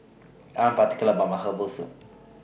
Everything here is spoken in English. I'm particular about My Herbal Soup